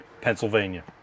Pennsylvania